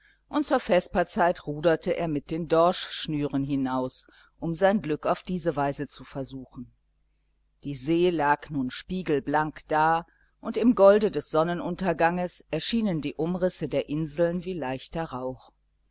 und zur vesperzeit ruderte er mit den dorschschnüren hinaus um sein glück auf diese weise zu versuchen die see lag nun spiegelblank da und im golde des sonnenunterganges erschienen die umrisse der inseln wie leichter rauch